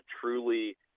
truly